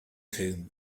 whom